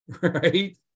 right